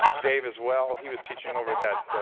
dave as well. he was teaching over that